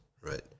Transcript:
right